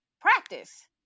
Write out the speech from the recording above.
practice